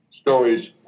stories